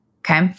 Okay